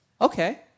okay